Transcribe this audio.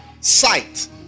sight